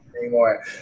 anymore